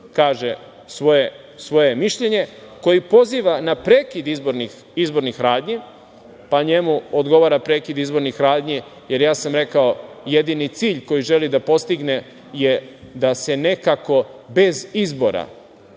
kaže svoje mišljenje, koji poziva na prekid izbornih radnji. Pa, njemu odgovara prekid izbornih radnji, jer ja sam rekao, jedini cilj koji želi da postigne je da se nekako, bez izbora,